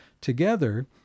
together